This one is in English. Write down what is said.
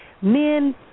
Men